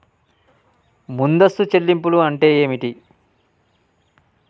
ముందస్తు చెల్లింపులు అంటే ఏమిటి?